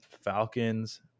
Falcons